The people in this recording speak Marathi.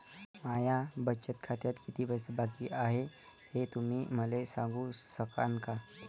माया बचत खात्यात कितीक पैसे बाकी हाय, हे तुम्ही मले सांगू सकानं का?